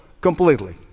completely